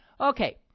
Okay